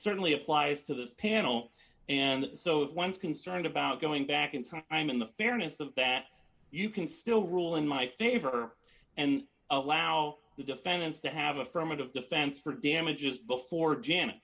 certainly applies to this panel and so once concerned about going back in time i'm in the fairness of that you can still rule in my favor and allow the defendants to have affirmative defense for damages before jan